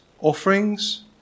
offerings